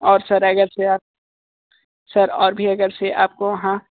और सर अगर सर आप सर और भी अगर से आपको हाँ